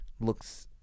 looks